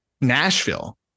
Nashville